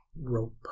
rope